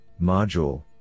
module